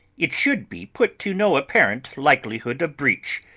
it should be put to no apparent likelihood of breach,